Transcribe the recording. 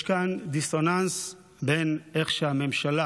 יש כאן דיסוננס בין איך שהממשלה